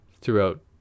throughout